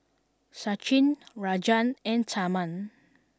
Sachin Rajan and Tharman